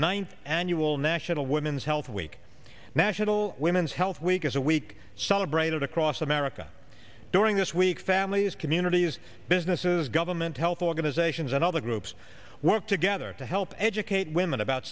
ninth annual national women's health week national women's health week is a week celebrated across america during this week families communities businesses government health organizations and all the groups work together to help educate women about